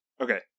Okay